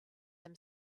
them